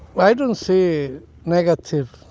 i don't see negative. i